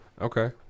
okay